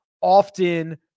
often